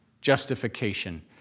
justification